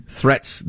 threats